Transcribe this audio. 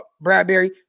Bradbury